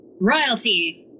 Royalty